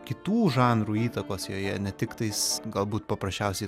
kitų žanrų įtakos joje netiktais galbūt paprasčiausiai